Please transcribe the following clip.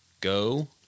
go